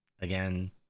Again